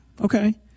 okay